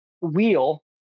wheel